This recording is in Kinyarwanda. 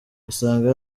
usanga